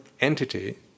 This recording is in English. entity